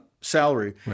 salary